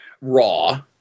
Raw